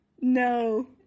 No